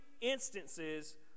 instances